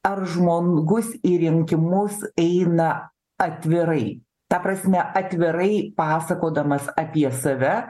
ar žmogus į rinkimus eina atvirai ta prasme atvirai pasakodamas apie save